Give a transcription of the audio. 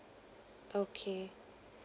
okay